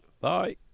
bye